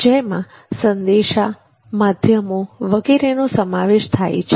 જેમાં સંદેશા માધ્યમો વગેરેનો સમાવેશ થાય છે